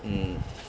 mm